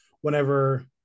whenever